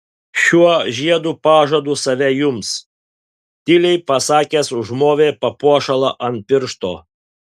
šiuo žiedu pažadu save jums tyliai pasakęs užmovė papuošalą ant piršto